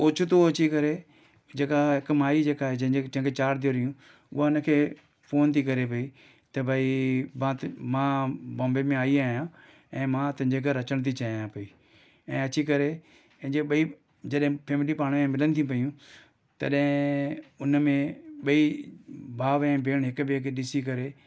ओचतो अची करे जेका हिकु माई जेका आहे जंहिंजे जंहिंखे चार धीअरूं हुयूं उहा उनखे फ़ोन थी करे पई त भई मां त मां बॉम्बे में आई आहियां ऐं मां तुंहिंजे घरु अचणु थी चाहियां पई ऐं अची करे पंहिंजे ॿई जॾहिं फैमिली पाण में मिलनि थी पयूं तॾहिं उन में ॿई भाउ ऐं भेण हिकु ॿिए खे ॾिसी करे